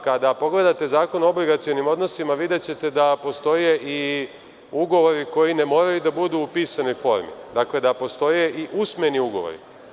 Kada pogledate Zakon o obligacionim odnosima, videćete da postoje i ugovori koji ne moraju da budu u pisanoj formi, da postoje i usmeni ugovori.